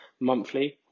monthly